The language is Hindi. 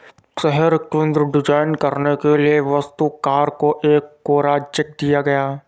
शहर केंद्र डिजाइन करने के लिए वास्तुकार को एक कोरा चेक दिया गया